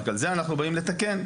רק על זה אנחנו באים לתקן.